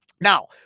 Now